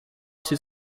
too